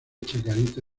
chacarita